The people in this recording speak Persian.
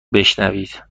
بشویید